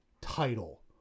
title